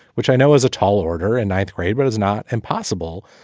which i know is a tall order in ninth grade, but it's not impossible.